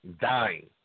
dying